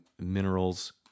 minerals